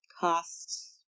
costs